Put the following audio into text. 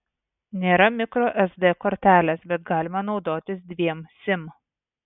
nėra mikro sd kortelės bet galima naudotis dviem sim